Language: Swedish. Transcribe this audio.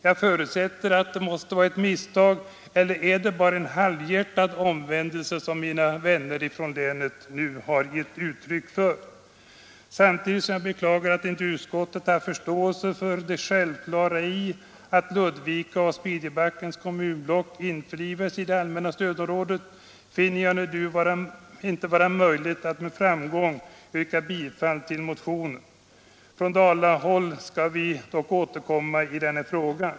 Jag förutsätter att det måste vara ett misstag — eller är det bara en halvhjärtad omvändelse som mina vänner från länet nu har gett uttryck för? Samtidigt som jag beklagar att utskottet inte haft förståelse för det självklara och nödvändiga i att Ludvika och Smedjebackens kommunblock införlivas i det allmänna stödområdet, finner jag det inte nu vara möjligt att med framgång yrka bifall till motionen. Från Dalahåll skall vi dock återkomma i den frågan.